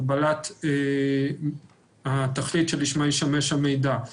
הגבלת התכלית שלשמה ישמש המידע,